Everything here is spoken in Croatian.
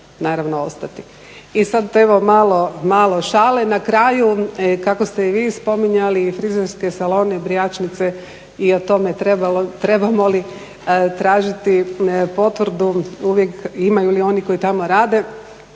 I sad evo malo šale na kraju. Kako ste i vi spominjali frizerske salone i brijačnice i o tome trebamo li tražiti potvrdu uvijek, imaju li oni koji tamo rade